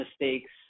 mistakes